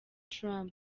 trump